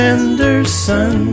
Anderson